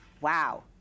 wow